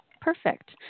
Perfect